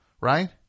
Right